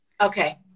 Okay